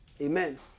Amen